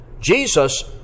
Jesus